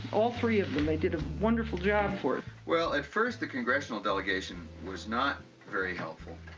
all three of them, they did a wonderful job for it. well, at first the congressional delegation was not very helpful,